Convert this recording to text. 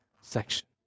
section